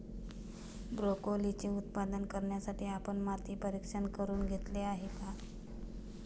ब्रोकोलीचे उत्पादन करण्यासाठी आपण माती परीक्षण करुन घेतले आहे का?